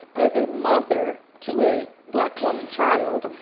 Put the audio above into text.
as a mother to a black woman child.